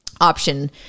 option